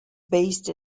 based